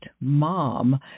mom